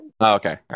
Okay